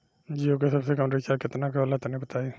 जीओ के सबसे कम रिचार्ज केतना के होला तनि बताई?